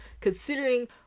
Considering